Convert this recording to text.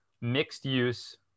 mixed-use